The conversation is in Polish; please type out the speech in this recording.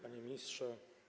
Panie Ministrze!